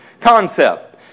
concept